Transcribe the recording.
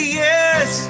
yes